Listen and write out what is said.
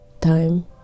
Time